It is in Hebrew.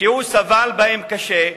שהוא סבל בהן קשה,